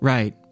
Right